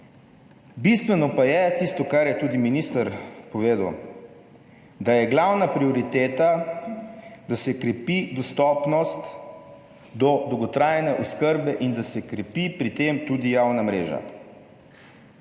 Bistveno pa je tisto, kar je tudi minister povedal, da je glavna prioriteta, da se krepi dostopnost do dolgotrajne oskrbe, in da se krepi pri tem tudi javna mreža.